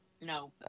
No